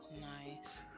Nice